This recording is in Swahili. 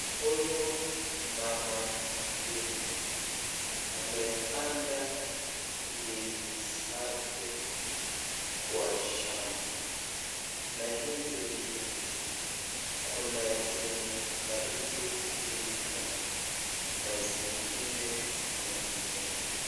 Huyu mama mkulima amepanda ndizi zake kwa shamba na hizi ndizi kuna zenye karibu kuiva na zingine zimeiva.